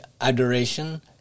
adoration